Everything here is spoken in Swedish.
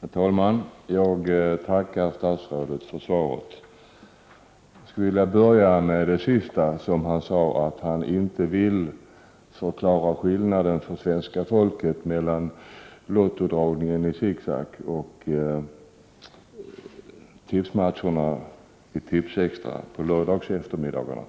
Herr talman! Jag tackar statsrådet för svaret. Jag skulle vilja börja med det sista statsrådet sade, nämligen att han inte vill förklara skillnaden för svenska folket mellan Lottodragningen i Zick Zack och tipsmatcherna i Tipsextra på lördagseftermiddagarna.